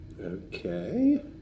Okay